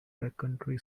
backcountry